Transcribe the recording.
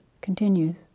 continues